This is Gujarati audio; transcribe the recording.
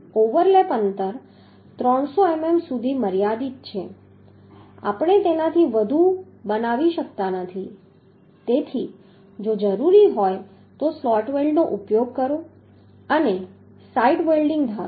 ઓવરલેપ અંતર 300 મીમી સુધી મર્યાદિત છે આપણે તેનાથી વધુ બનાવી શકતા નથી તેથી જો જરૂરી હોય તો સ્લોટ વેલ્ડનો ઉપયોગ કરો અને સાઇટ વેલ્ડીંગ ધારો